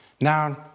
Now